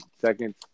seconds